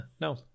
no